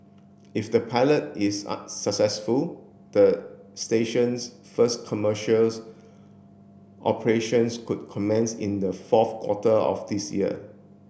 if the pilot is a successful the station's first commercials operations could commence in the fourth quarter of this year